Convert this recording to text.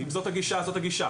אם זאת הגישה, זאת הגישה.